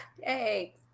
Hey